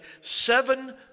seven